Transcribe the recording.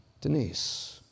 Denise